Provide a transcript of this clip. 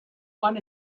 want